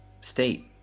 State